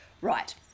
Right